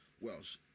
Welsh